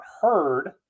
heard